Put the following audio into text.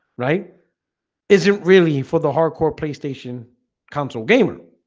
right is it really for the hardcore playstation console gamer?